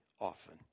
often